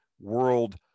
world